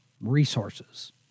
resources